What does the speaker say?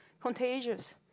contagious